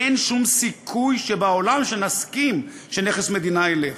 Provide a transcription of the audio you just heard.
אין שום סיכוי שבעולם שנסכים שנכס מדינה ילך,